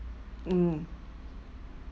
mm